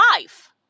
life